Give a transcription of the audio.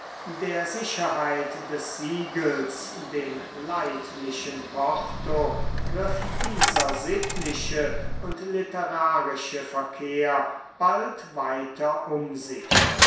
der sicherheit des siegels dem leidlichen porto griff dieser sittliche und literarische verkehr bald weiter um sich